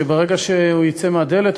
שברגע שהוא יצא מהדלת,